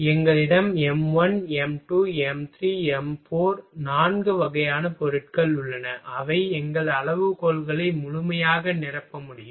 எங்களிடம் m1 m2 m3 m4 நான்கு வகையான பொருட்கள் உள்ளன அவை எங்கள் அளவுகோல்களை முழுமையாக நிரப்ப முடியும்